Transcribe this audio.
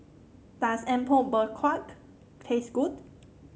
does Apom Berkuah taste good